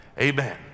Amen